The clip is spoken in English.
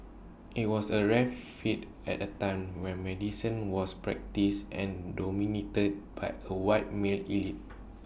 IT was A rare feat at A time when medicine was practised and dominated by A white male elite